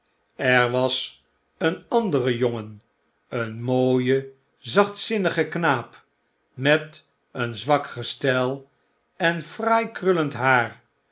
er was een andere jongen een mooie zachtzinnige knaap met een zwak gestel en fraai krullend haar